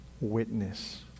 witness